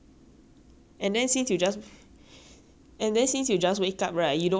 and then since you just wake up right you don't want a full meal so you eat something small so is